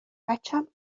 بچم